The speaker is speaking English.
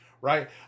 right